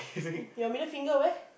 your middle finger where